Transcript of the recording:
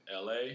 LA